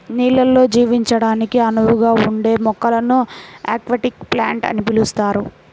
నీళ్ళల్లో జీవించడానికి అనువుగా ఉండే మొక్కలను అక్వాటిక్ ప్లాంట్స్ అని పిలుస్తారు